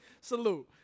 salute